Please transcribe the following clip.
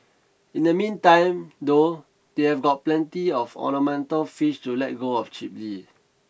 in the meantime though they have got plenty of ornamental fish to let go of cheaply